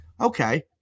okay